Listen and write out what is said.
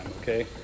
okay